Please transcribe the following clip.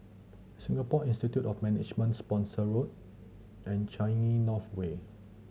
Singapore Institute of Management Spooner Road and Changi North Way